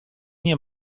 nie